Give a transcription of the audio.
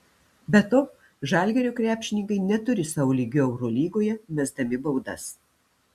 be to žalgirio krepšininkai neturi sau lygių eurolygoje mesdami baudas